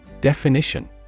Definition